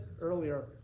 earlier